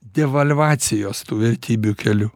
devalvacijos tų vertybių keliu